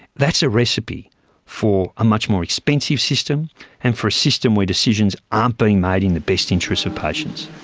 that's a recipe for a much more expensive system and for a system where decisions aren't being made in the best interests of patients.